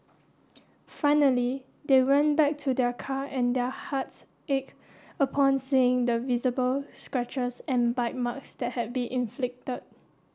finally they went back to their car and their hearts ached upon seeing the visible scratches and bite marks that had been inflicted